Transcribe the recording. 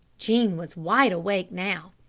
jean was wide awake now.